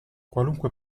qualunque